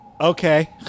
Okay